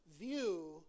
view